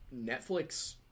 Netflix